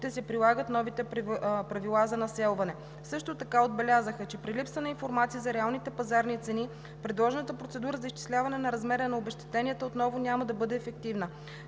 ще се прилагат новите правила за населване. Също така отбелязаха, че при липса на информация за реалните пазарни цени предложената процедура за изчисляване на размера на обезщетенията отново няма да бъде ефективна.